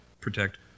protect